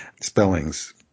spellings